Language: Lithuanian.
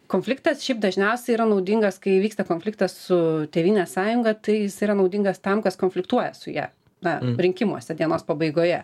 konfliktas šiaip dažniausiai yra naudingas kai įvyksta konfliktas su tėvynės sąjunga tai jis yra naudingas tam kas konfliktuoja su ja na rinkimuose dienos pabaigoje